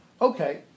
okay